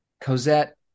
Cosette